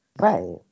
Right